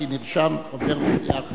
כי נרשם חבר מסיעה אחרת.